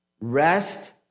Rest